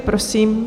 Prosím.